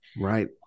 Right